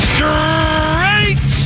Straight